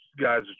guys